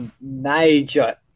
major